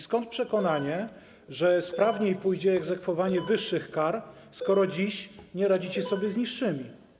Skąd przekonanie, że sprawniej pójdzie egzekwowanie wyższych kar, skoro dziś nie radzicie sobie z niższymi?